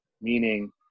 meaning